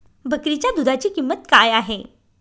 बकरीच्या दूधाची किंमत काय आहे?